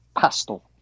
pastel